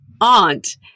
aunt